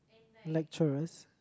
lecturers